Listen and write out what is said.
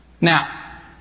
Now